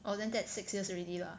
oh then that's six years already lah